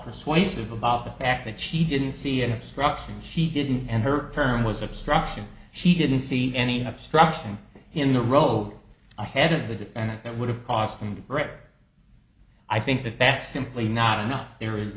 persuasive about the fact that she didn't see a structure she didn't and her firm was obstruction she didn't see any obstruction in the road ahead of the defendant that would have cost and rick i think that that's simply not enough there is